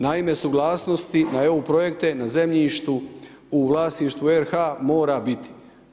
Naime, suglasnosti na EU projekte na zemljištu u vlasništvu RH mora biti.